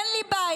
אין לי בעיה,